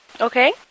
Okay